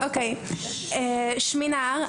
שמי נהר.